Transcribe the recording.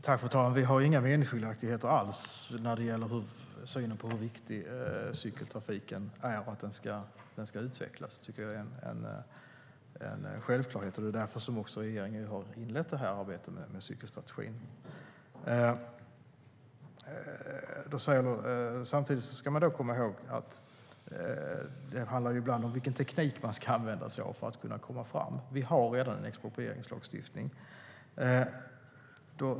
Fru talman! Vi har inga meningsskiljaktigheter i synen på hur viktig cykeltrafiken är. Det är en självklarhet att den ska utvecklas, och därför har regeringen inlett arbetet med cykelstrategin. Det handlar ibland om vilken teknik man ska använda sig av för att komma framåt. Vi har redan en exproprieringslagstiftning.